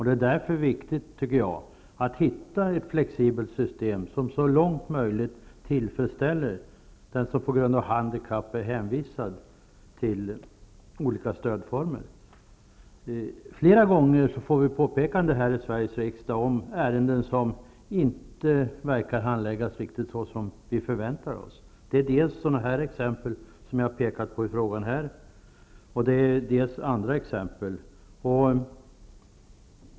Därför är det viktigt att man hittar ett flexibelt system, som så långt som möjligt tillfredsställer den som på grund av handikapp är hänvisade till olika stödformer. Flera gånger får vi påpekanden här i Sveriges riksdag om ärenden som inte verkar handläggas riktigt på det sätt som vi förväntar oss. Det är dels sådana exempel som jag har pekat på i min fråga, dels andra exempel.